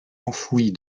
enfouis